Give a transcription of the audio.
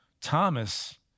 Thomas